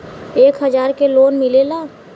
एक हजार के लोन मिलेला?